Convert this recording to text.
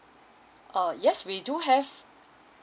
uh yes we do have